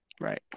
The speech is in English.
Right